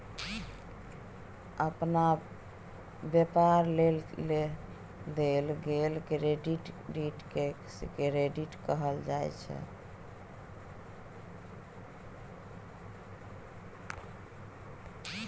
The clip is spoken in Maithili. व्यापार लेल देल गेल क्रेडिट के ट्रेड क्रेडिट कहल जाइ छै